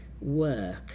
work